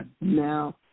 now